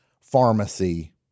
pharmacy